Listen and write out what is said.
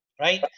right